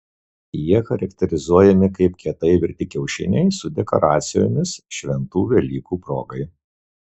jie charakterizuojami kaip kietai virti kiaušiniai su dekoracijomis šventų velykų progai